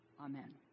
Amen